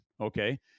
okay